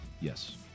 Yes